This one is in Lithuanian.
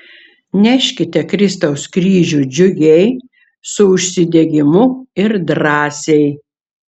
neškite kristaus kryžių džiugiai su užsidegimu ir drąsiai